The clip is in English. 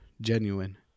genuine